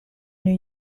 new